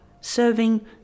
serving